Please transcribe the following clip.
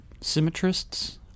symmetrists